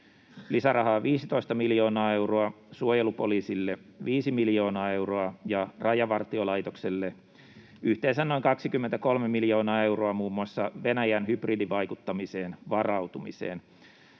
lisärahaa 15 miljoonaa euroa, suojelupoliisille 5 miljoonaa euroa ja Rajavartiolaitokselle yhteensä noin 23 miljoonaa euroa muun muassa Venäjän hybridivaikuttamiseen varautumiseen.